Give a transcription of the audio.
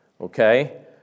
okay